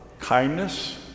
kindness